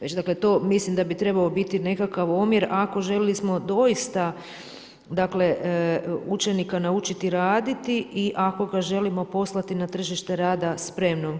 Već dakle to mislim da bi trebao biti nekakav omjer ako željeli smo doista dakle učenika naučiti raditi i ako ga želimo poslati na tržište rada spremnog.